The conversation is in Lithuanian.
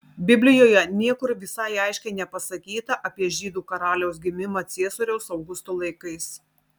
biblijoje niekur visai aiškiai nepasakyta apie žydų karaliaus gimimą ciesoriaus augusto laikais